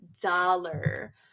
dollar